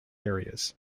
areas